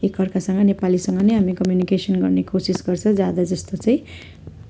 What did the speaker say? एकाअर्कासँग नेपालीसँग नै हामी कम्युनिकेसन गर्ने कोसिस गर्छौँ ज्यादा जस्तो चाहिँ